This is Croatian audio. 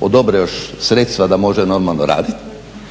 odobre još sredstva da može normalno raditi,